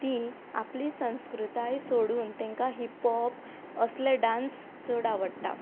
ती आपली संस्कृताय सोडून तांकां हिपहॉप असले डांस चड आवडटा